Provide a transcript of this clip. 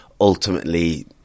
ultimately